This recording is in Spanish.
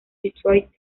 detroit